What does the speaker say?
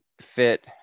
fit